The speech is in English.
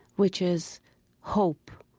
which is hope,